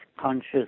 conscious